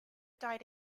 died